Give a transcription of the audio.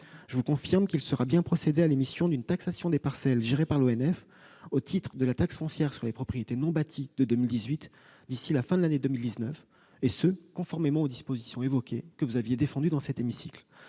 Je vous confirme qu'il sera bien procédé à l'émission d'une taxation des parcelles gérées par l'ONF au titre de la taxe foncière sur les propriétés non bâties de 2018, d'ici à la fin de l'année 2019, conformément aux dispositions évoquées, que vous aviez défendues dans cet hémicycle.